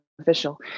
official